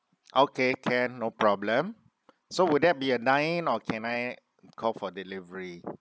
okay can no problem so will that be a dine in or can I call for delivery